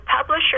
publisher